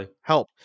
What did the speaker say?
help